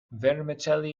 vermicelli